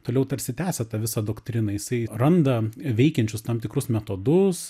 toliau tarsi tęsia tą visą doktriną jisai randa veikiančius tam tikrus metodus